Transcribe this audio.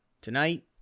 tonight